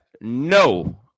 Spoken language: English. no